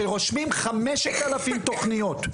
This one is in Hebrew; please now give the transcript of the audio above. שרושמים 5,000 תוכניות.